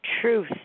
Truth